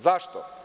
Zašto?